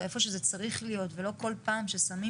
או איפה שזה צריך להיות ולא כל פעם ששמים